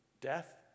death